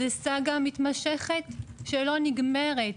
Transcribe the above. זו סאגה מתמשכת שלא נגמרת.